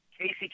casey